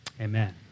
Amen